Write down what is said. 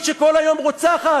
דואופול.